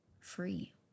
free